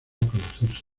producirse